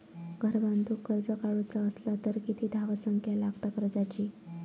घर बांधूक कर्ज काढूचा असला तर किती धावसंख्या लागता कर्जाची?